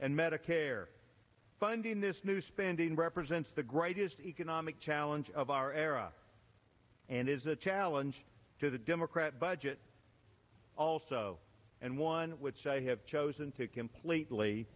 and medicare funding this new spending represents the greatest economic challenge of our era and is a challenge to the democrat budget also and one which i have chosen to completely